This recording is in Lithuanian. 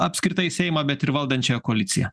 apskritai seimą bet ir valdančiąją koaliciją